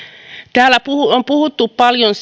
täällä on ihmetelty paljon